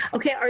okay,